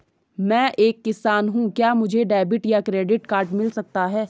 मैं एक किसान हूँ क्या मुझे डेबिट या क्रेडिट कार्ड मिल सकता है?